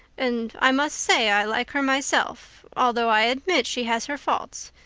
and i must say i like her myself although i admit she has her faults.